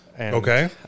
Okay